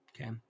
Okay